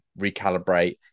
recalibrate